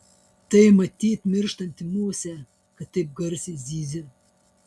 tai matyt mirštanti musė kad taip garsiai zyzia